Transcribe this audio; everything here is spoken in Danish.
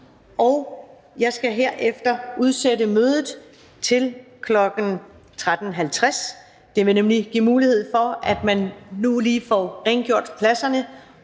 Jeg skal herefter udsætte mødet til kl. 13.50. Det vil nemlig give mulighed for, at man får rengjort pladserne